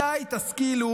מתי תשכילו,